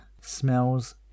Smells